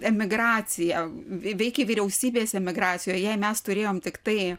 emigracija veikė vyriausybės emigracijoje jei mes turėjom tiktai